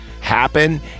happen